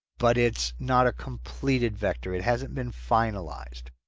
but it's not a completed vector it hasn't been finalized.